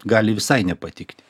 gali visai nepatikti